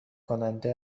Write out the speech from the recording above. کننده